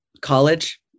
college